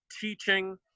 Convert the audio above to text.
teaching